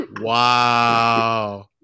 Wow